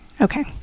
Okay